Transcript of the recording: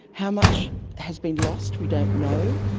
how much has been lost, we don't know,